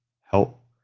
help